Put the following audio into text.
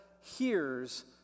hears